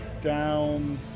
down